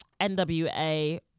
NWA